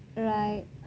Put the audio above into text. alright